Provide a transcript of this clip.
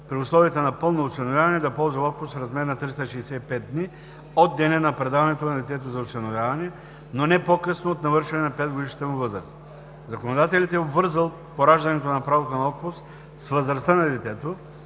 при условията на пълно осиновяване, да ползва отпуск в размер 365 дни от деня на предаването на детето за осиновяване, но не по-късно от навършване на 5-годишната му възраст. Законодателят е обвързал пораждането на правото на отпуск с възрастта на детето,